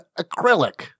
acrylic